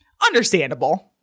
Understandable